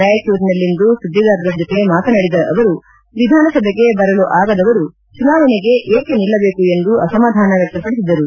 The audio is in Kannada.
ರಾಯಚೂರಿನಲ್ಲಿ ಇಂದು ಸುದ್ದಿಗಾರರ ಜೊತೆ ಮಾತನಾಡಿದ ಅವರು ವಿಧಾನಸಭೆಗೆ ಬರಲು ಆಗದವರು ಚುನಾವಣೆಗೆ ಏಕೆ ನಿಲ್ಲಬೇಕು ಎಂದು ಅಸಮಾಧಾನ ವ್ಯಕ್ತಪಡಿಸಿದರು